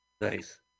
Nice